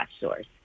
source